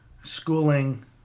schooling